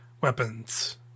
weapons